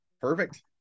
Perfect